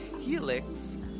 helix